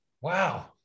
wow